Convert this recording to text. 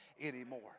anymore